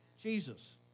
Jesus